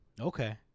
Okay